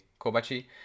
Kobachi